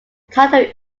title